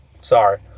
sorry